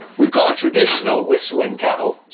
we've got a traditional whistling kettle,